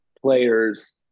players